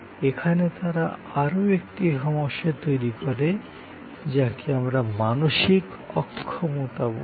এখানে তারা আরো একটি সমস্যা তৈরি করে যাকে আমরা মানসিক অক্ষমতা বলি